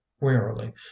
wearily